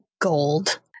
gold